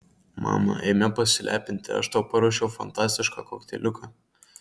mama eime pasilepinti aš tau paruošiau fantastišką kokteiliuką